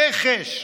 רכש,